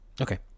Okay